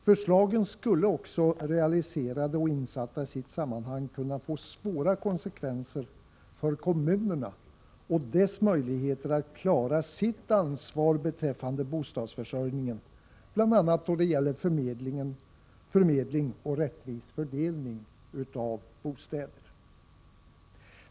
Förslagen skulle också, realiserade och insatta i sitt sammanhang, kunna få svåra konsekvenser för kommunerna och för deras möjligheter att klara sitt ansvar beträffande bostadsförsörjningen, bl.a. när det gäller förmedling och rättvis fördelning av bostäder.